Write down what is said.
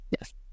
Yes